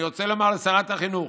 אני רוצה לומר לשרת החינוך: